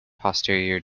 posterior